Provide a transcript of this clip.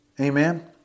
Amen